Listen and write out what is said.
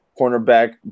cornerback